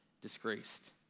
disgraced